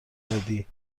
دادی